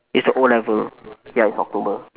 it's the O-level ya it's october